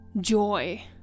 joy